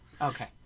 Okay